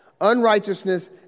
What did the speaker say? unrighteousness